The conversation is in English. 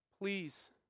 please